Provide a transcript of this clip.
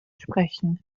sprechen